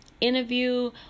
interview